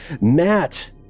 Matt